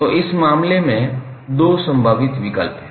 तो इस मामले में दो संभावित विकल्प हैं